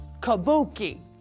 Kabuki